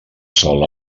sòl